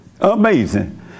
amazing